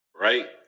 right